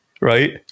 Right